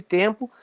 tempo